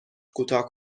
کوتاه